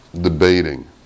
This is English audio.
debating